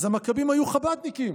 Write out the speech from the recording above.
אז המכבים היו חב"דניקים,